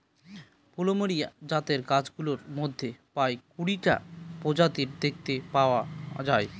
plumeria জাতের গাছগুলোর মধ্যে প্রায় কুড়িটা প্রজাতি দেখতে পাওয়া যায়